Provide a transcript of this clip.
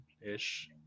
ish